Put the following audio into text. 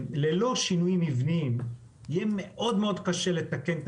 ללא שינויים מבניים יהיה מאוד מאוד קשה לתקן את